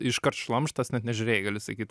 iškart šlamštas net nežiūrėjai gali sakyt